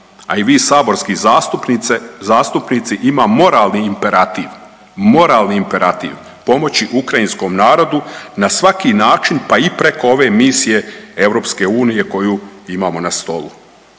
a i vi saborski zastupnice, zastupnici ima moralni imperativ, moralni imperativ pomoći ukrajinskom narodu na svaki način pa i preko ove misije EU koju imamo na stolu.